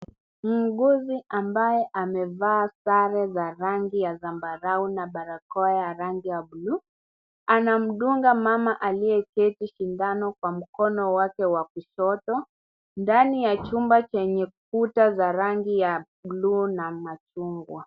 Muuguzi ambaye amevaa sare za rangi ya zambarau na barakoa ya rangi ya blue , anamdunga mama aliyeketi sindano kwa mkono wake wa kushoto, ndani ya chumba chenye kuta za rangi ya blue na machungwa.